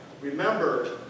remember